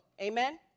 Amen